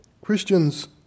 Christians